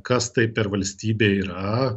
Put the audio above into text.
kas tai per valstybė yra